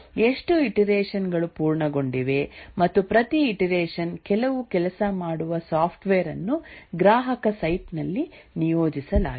ಎಷ್ಟು ಇಟೆರೇಷನ್ ಗಳು ಪೂರ್ಣಗೊಂಡಿವೆ ಮತ್ತು ಪ್ರತಿ ಇಟೆರೇಷನ್ ಕೆಲವು ಕೆಲಸ ಮಾಡುವ ಸಾಫ್ಟ್ವೇರ್ ಅನ್ನು ಗ್ರಾಹಕ ಸೈಟ್ ನಲ್ಲಿ ನಿಯೋಜಿಸಲಾಗಿದೆ